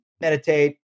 meditate